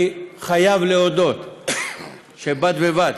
אני חייב להודות בד בבד